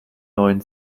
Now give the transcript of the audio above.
neuen